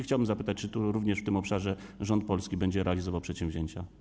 Chciałbym zapytać, czy tu również w tym obszarze polski rząd będzie realizował przedsięwzięcia.